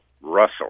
Russell